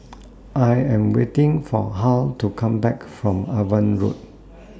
I Am waiting For Hal to Come Back from Avon Road